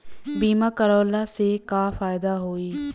बीमा करवला से का फायदा होयी?